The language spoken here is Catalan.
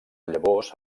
llavors